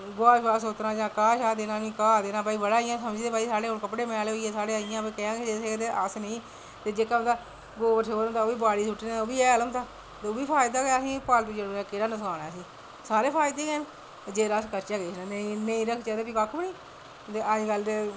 गोहा सोतना जां घाह् देना बड़ा इयां समझदे भाई साढ़े कपड़े मैले होई गे अस नी ते जेह्का उंदा गोवर शोवर होंदा ओह् बी बाड़ियां सुट्टने आं ते ओह् बी हैल होंदा ओह् बी फायदा गै असें गी केह्ड़ा नुक्सान ऐ असेंगी सारे फायदे गै न जेकर अस करचै किश जे नेईं रखचै तां कक्ख नी ते अज्ज कल ते